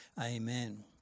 Amen